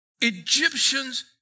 Egyptians